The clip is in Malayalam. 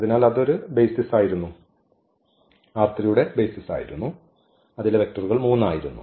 അതിനാൽ അതൊരു ബെയ്സിസ് ആയിരുന്നു യുടെ ബെയ്സിസ് ആയിരുന്നു അതിലെ വെക്റ്ററുകൾ 3 ആയിരുന്നു